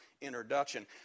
introduction